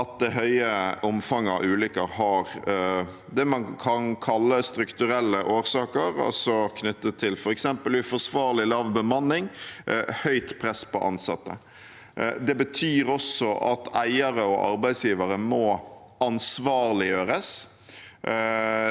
det man kan kalle strukturelle årsaker, altså knyttet til f.eks. uforsvarlig lav bemanning og høyt press på ansatte. Det betyr også at eiere og arbeidsgivere må ansvarliggjøres.